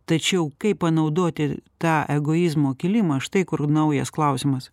tačiau kaip panaudoti tą egoizmo kilimą štai kur naujas klausimas